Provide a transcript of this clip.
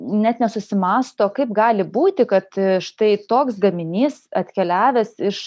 net nesusimąsto kaip gali būti kad štai toks gaminys atkeliavęs iš